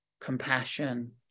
Compassion